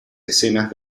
escenas